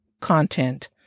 content